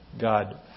God